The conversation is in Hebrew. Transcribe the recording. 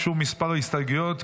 הוגשו כמה הסתייגויות,